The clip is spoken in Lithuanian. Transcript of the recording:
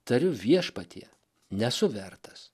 tariu viešpatie nesu vertas